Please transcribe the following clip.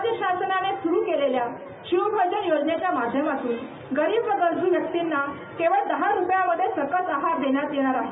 राज्य शासनाने सुरू केलेल्या शिवभोजन योजनेच्या माध्यमातून गरीब व गरजू व्यक्तींना केवळ दहा रुपयांमध्ये सकस आहार देण्यात येणार आहे